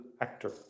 actor